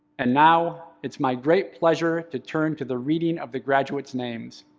and now, it's my great pleasure to turn to the reading of the graduates names.